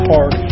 Park